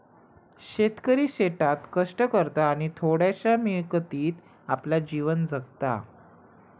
शेतकरी शेतात कष्ट करता आणि थोड्याशा मिळकतीत आपला जीवन जगता